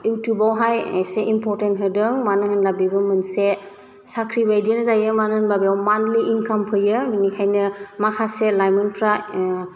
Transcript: इउटुबावहाय एसे इम्परटेन्ट होदों मानो होनब्ला बेबो मोनसे साख्रि बायदियानो जायो मानो होनबा बेयाव मान्थलि इनकाम फैयो बेनिखायनो माखासे लाइमोनफ्रा